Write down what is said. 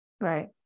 Right